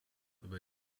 über